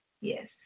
Yes